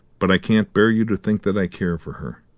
but i can't bear you to think that i care for her.